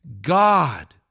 God